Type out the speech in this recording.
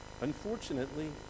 Unfortunately